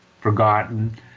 forgotten